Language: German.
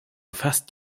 fast